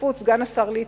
בהשתתפות סגן השר ליצמן,